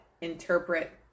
interpret